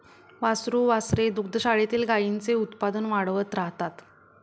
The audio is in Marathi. वासरू वासरे दुग्धशाळेतील गाईंचे उत्पादन वाढवत राहतात